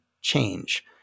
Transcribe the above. change